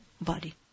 body